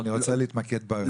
לא, אני רוצה להתמקד בחוק.